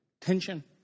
tension